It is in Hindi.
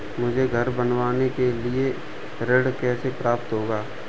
मुझे घर बनवाने के लिए ऋण कैसे प्राप्त होगा?